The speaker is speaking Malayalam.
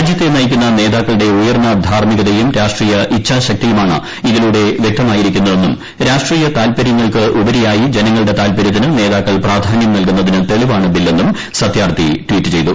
രാജൃത്തെ നയിക്കുന്ന നേതാക്കളുടെ ഉയർന്ന ധാർമികതയും രാഷ്ട്രിയ ഇച്ഛാശക്തിയുമാണ് ഇതിലൂടെ വ്യക്തമായിരിക്കുന്നതെന്നും രാഷ്ട്രീയ താൽപരൃങ്ങൾക്കുപരിയായി ജനങ്ങളുടെ താൽപരൃത്തിന് നേതാക്കൾ പ്രാധാനൃം നൽകുന്നതിന് തെളിവാണ് ബില്ലെന്നും സത്യാർത്ഥി ട്വിറ്റ് ചെയ്തു